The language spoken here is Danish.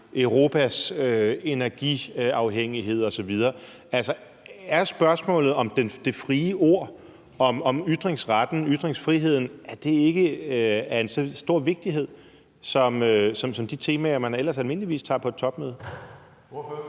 Europas energiuafhængighed osv. Altså, er spørgsmålet om det frie ord, om ytringsretten og ytringsfriheden ikke af lige så stor vigtighed som de temaer, man ellers almindeligvis tager op på et topmøde?